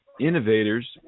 innovators